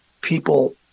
people